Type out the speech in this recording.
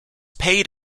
paid